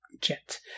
jet